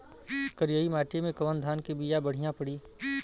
करियाई माटी मे कवन धान के बिया बढ़ियां पड़ी?